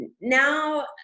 now